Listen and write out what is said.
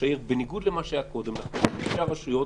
העיר בניגוד למה שהיה קודם שלא ספרו את ראשי הרשויות.